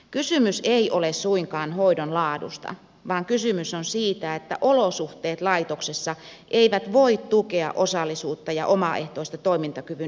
kysymys ei ole suinkaan hoidon laadusta vaan kysymys on siitä että olosuhteet laitoksessa eivät voi tukea osallisuutta ja omaehtoista toimintakyvyn ylläpitämistä